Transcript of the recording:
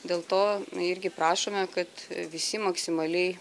dėl to irgi prašome kad visi maksimaliai